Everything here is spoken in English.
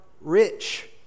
rich